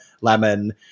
lemon